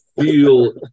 feel